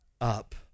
up